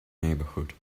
neighborhood